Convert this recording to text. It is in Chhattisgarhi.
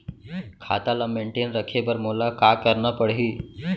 खाता ल मेनटेन रखे बर मोला का करना पड़ही?